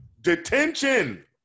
Detention